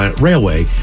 railway